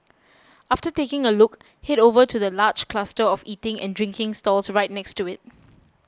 after taking a look head over to the large cluster of eating and drinking stalls right next to it